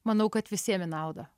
manau kad visiem į naudą